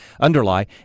underlie